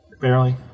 Barely